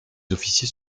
officiers